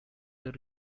the